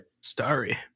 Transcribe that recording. Starry